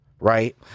right